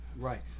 Right